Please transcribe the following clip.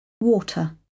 Water